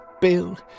Bill